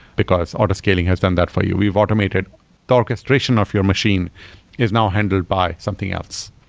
because auto scaling has done that for you. we've automated the orchestration of your machine is now handled by something else.